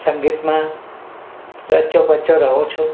સંગીતમાં રચ્યો પચ્યો રહું છું